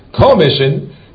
commission